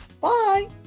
Bye